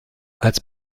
als